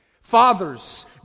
Fathers